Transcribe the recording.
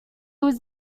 was